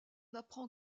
apprend